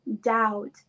doubt